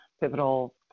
pivotal